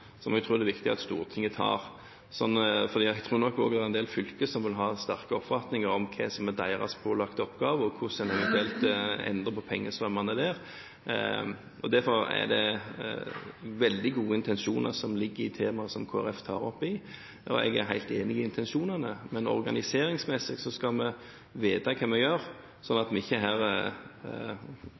som jeg tror det er viktig at Stortinget tar. Jeg tror nok at det også er en del fylker som vil ha sterke oppfatninger om hva som er deres pålagte oppgaver, og hvordan en eventuelt endrer på pengestrømmene der. Det er veldig gode intensjoner som ligger i temaet som Kristelig Folkeparti tar opp, og jeg er helt enig i intensjonene, men organiseringsmessig skal vi vite hva vi gjør, slik at vi her ikke